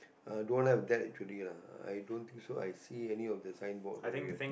uh don't have that actually lah i don't think so I see any of the sign board over here